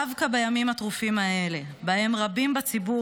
דווקא בימים הטרופים האלה בהם רבים בציבור